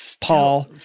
Paul